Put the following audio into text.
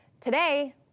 Today